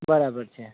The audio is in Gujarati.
બરાબર છે